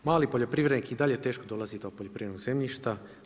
Mali poljoprivrednik i dalje teško dolazi do poljoprivrednog zemljišta.